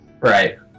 Right